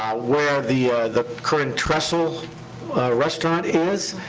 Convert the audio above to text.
ah where the the current trestle restaurant is,